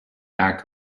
act